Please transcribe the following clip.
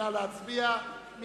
נא להצביע.